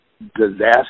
disaster